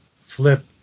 flip